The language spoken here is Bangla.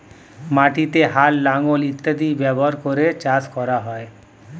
মাটিতে হাল, লাঙল ইত্যাদি ব্যবহার করে চাষ করা হয়